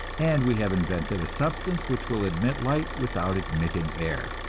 and we have invented a substance which will admit light without admitting air.